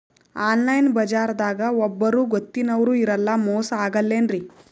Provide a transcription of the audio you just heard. Online ಬಜಾರದಾಗ ಒಬ್ಬರೂ ಗೊತ್ತಿನವ್ರು ಇರಲ್ಲ, ಮೋಸ ಅಗಲ್ಲೆನ್ರಿ?